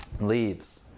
leaves